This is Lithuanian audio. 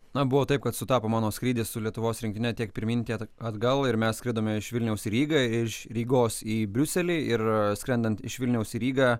na buvo taip kad sutapo mano skrydis su lietuvos rinktine tiek pirmyn tie atgal ir mes skridome iš vilniaus į rygą iš rygos į briuselį ir skrendant iš vilniaus į rygą